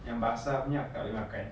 yang basah punya I tak boleh makan